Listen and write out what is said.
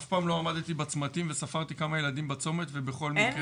אף פעם לא עמדתם בצמתים וספרתי כמה ילדים בצומת ובכל מקרה.